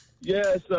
Yes